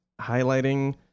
highlighting